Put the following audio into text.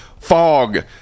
Fog